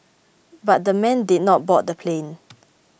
but the men did not board the plane